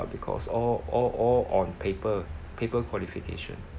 because all all all on paper paper qualification